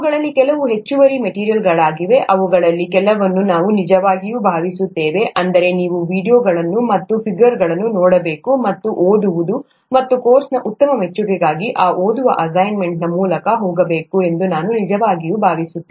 ಅವುಗಳಲ್ಲಿ ಕೆಲವು ಹೆಚ್ಚುವರಿ ಮೆಟೀರಿಯಲ್ಗಳಾಗಿವೆ ಅವುಗಳಲ್ಲಿ ಕೆಲವ ನ್ನು ನಾವು ನಿಜವಾಗಿಯೂ ಭಾವಿಸುತ್ತೇವೆ ಅಂದರೆ ನೀವು ಆ ವೀಡಿಯೊಗಳು ಮತ್ತು ಆ ಫಿಗರ್ಗಳನ್ನು ನೋಡಬೇಕು ಮತ್ತು ಓದುವುದು ಮತ್ತು ಕೋರ್ಸ್ನ ಉತ್ತಮ ಮೆಚ್ಚುಗೆಗಾಗಿ ಆ ಓದುವ ಅಸೈನ್ಮೆಂಟ್ನ ಮೂಲಕ ಹೋಗಬೇಕು ಎಂದು ನಾನು ನಿಜವಾಗಿಯೂ ಭಾವಿಸುತ್ತೇನೆ